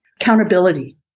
accountability